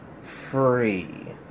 free